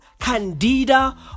Candida